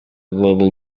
little